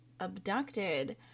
abducted